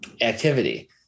activity